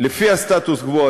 לפי הסטטוס-קוו,